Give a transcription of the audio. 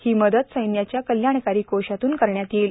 ही मदत सैन्याच्या कल्याणकारी कोषातून करण्यात येईल